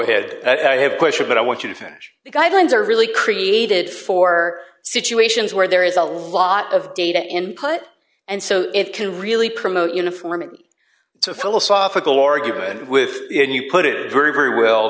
ahead i have a question but i want you to finish the guidelines are really created for situations where there is a lot of data input and so it can really promote uniformity it's a philosophical argument with it and you put it very very we'll